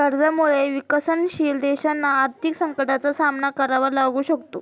कर्जामुळे विकसनशील देशांना आर्थिक संकटाचा सामना करावा लागू शकतो